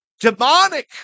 demonic